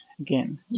again